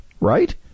right